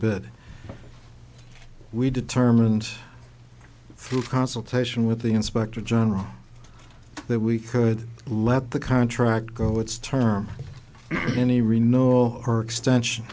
bit we determined through consultation with the inspector general that we could let the contract go its term any rino or extension